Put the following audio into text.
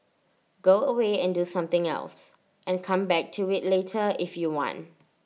go away and do something else and come back to IT later if you want